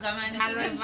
גם ה --- ששלחתם,